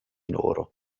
loro